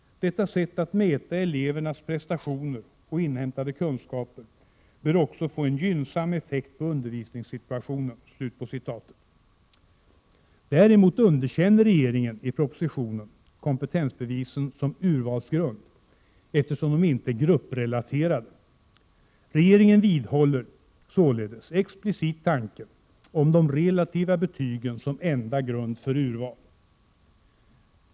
Detta sätt att mäta elevernas prestationer och inhämtade kunskaper bör också få en gynnsam effekt på undervisningssituationen.” Däremot underkänner regeringen i propositionen kompetensbevisen som urvalsgrund, eftersom de inte är grupprelaterade. Regeringen vidhåller således explicit tanken om de relativa betygen som enda grund för urval.